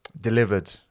delivered